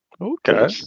Okay